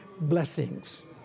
blessings